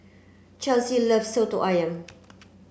Chelsea loves Soto Ayam